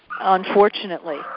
unfortunately